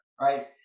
Right